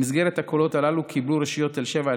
במסגרת הקולות הללו קיבלו הרשויות תל שבע,